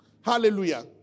Hallelujah